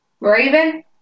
Raven